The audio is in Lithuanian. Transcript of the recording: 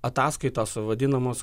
ataskaitos vadinamos